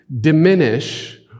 diminish